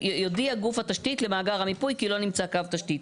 יודיע גוף התשתית למאגר המיפוי כי לא נמצא קו תשתית".